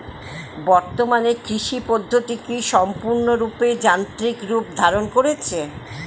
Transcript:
বর্তমানে কৃষি পদ্ধতি কি সম্পূর্ণরূপে যান্ত্রিক রূপ ধারণ করেছে?